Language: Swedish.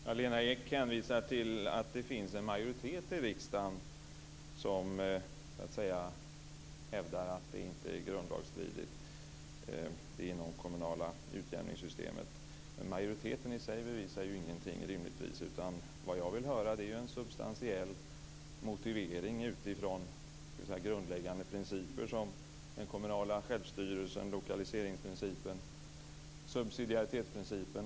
Fru talman! Lena Ek hänvisar till att det finns en majoritet i riksdagen som hävdar att det inomkommunala utjämningssystemet inte är grundlagsstridigt men majoriteten i sig bevisar rimligtvis ingenting. Vad jag vill höra är en substantiell motivering utifrån grundläggande principer som den kommunala självstyrelsen, lokaliseringsprincipen och subsidiaritetsprincipen.